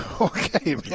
Okay